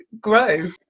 grow